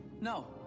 No